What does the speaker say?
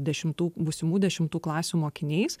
dešimtų būsimų dešimtų klasių mokiniais